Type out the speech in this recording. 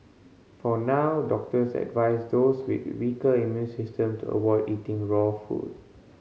for now doctors advise those with weaker immune systems to avoid eating raw food